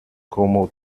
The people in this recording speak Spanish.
como